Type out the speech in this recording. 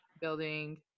building